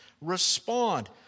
respond